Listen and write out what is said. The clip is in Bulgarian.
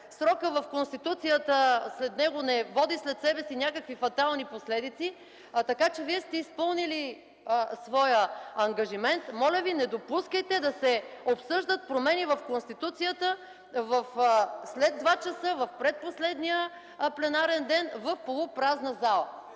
Срокът в Конституцията не води след себе си някакви фатални последици, така че Вие сте изпълнили своя ангажимент. Моля Ви не допускайте да се обсъждат промени в Конституцията след 14,00 ч., в предпоследния пленарен ден в полупразна зала.